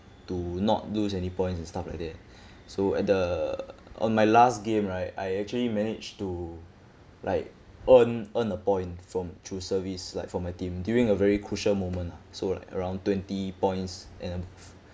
to not lose any points and stuff like that so at the on my last game right I actually managed to like earn earn a point from through service like for my team during a very crucial moment ah so like around twenty points and above